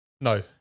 No